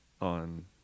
on